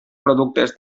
productes